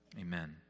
Amen